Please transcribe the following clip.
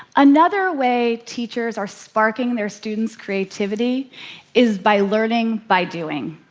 another way teachers are sparking their student's creativity is by learning by doing.